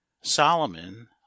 solomon